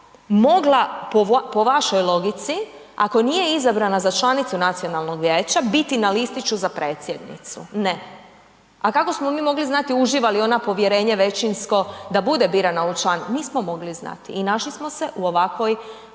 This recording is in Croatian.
mogla po vašoj logici, ako nije izabrana za članicu nacionalnog vijeća, biti na listiću za predsjednicu? Ne. A kako smo mi mogli znati uživa li ona povjerenje većinsko da bude birana u član, nismo mogli znati i našli smo se u ovakvoj